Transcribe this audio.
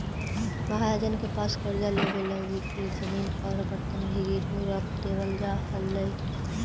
महाजन के पास कर्जा लेवे लगी इ जमीन औउर बर्तन भी गिरवी रख देवल जा हलई